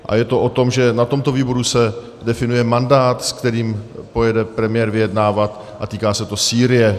A je to o tom, že na tomto výboru se definuje mandát, s kterým pojede premiér vyjednávat, a týká se to Sýrie.